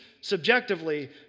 subjectively